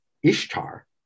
Ishtar